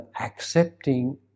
accepting